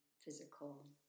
physical